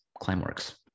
Climeworks